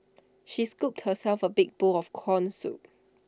she scooped herself A big bowl of Corn Soup